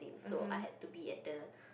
so I had to be at the